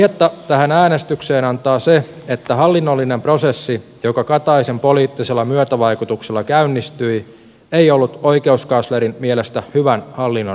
aihetta tähän äänestykseen antaa se että hallinnollinen prosessi joka kataisen poliittisella myötävaikutuksella käynnistyi ei ollut oikeuskanslerin mielestä hyvän hallinnon mukainen